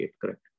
correct